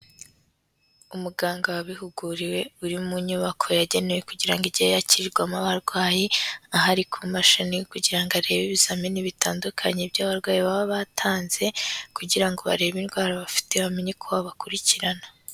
Umuganga wabihuguriwe uri mu nyubako yagenewe kugira ngo ijye yakirirwamo abarwayi, aho ari ku mashini kugira ngo arebe ibizamini bitandukanye by'abarwayi baba batanze kugira ngo barebe indwara bafite, bamenye uko babakurikirana.